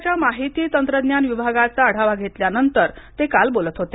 राज्याच्या माहिती तंत्रज्ञान विभागाचा आढावा घेतल्यानंतर ते काल बोलत होते